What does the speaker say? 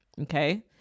okay